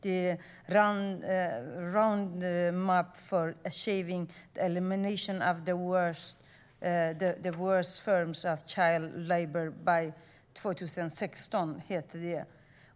Den heter R oadmap for A chieving the Elimination of the Worst Forms of C hild L abour by 2016 .